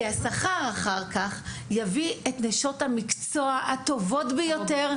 וזה ימשוך את נשות ואנשי המקצוע הטובים ביותר.